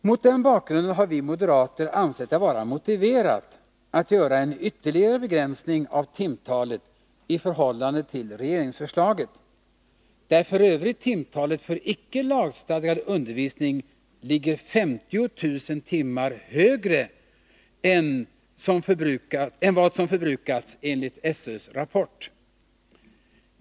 Mot den bakgrunden har vi moderater ansett det vara motiverat att göra en ytterligare begränsning av timtalet i förhållande till regeringsförslaget, där f.ö. timtalet för icke lagstadgad undervisning ligger 50 000 timmar högre än vad som förbrukats enligt SÖ:s räpport.